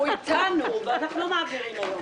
הוא איתנו, ואנחנו לא מעבירים היום.